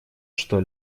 что